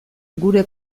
gure